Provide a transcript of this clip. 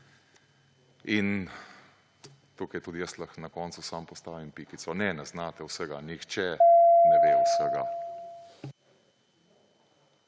In tukaj tudi jaz lahko na koncu samo postavim pikico. Ne, ne znate vsega, nihče ne ve vsega!